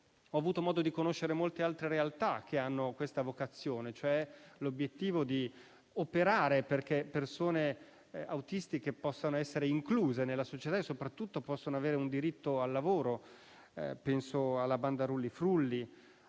ho avuto modo di conoscere molte altre realtà che hanno questa vocazione, e cioè l'obiettivo di operare perché persone autistiche possano essere incluse nella società e soprattutto possano avere un diritto al lavoro. Penso alla Banda Rulli Frulli,